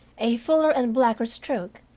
a fuller and blacker stroke,